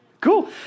Cool